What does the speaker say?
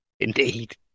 Indeed